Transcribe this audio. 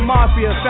Mafia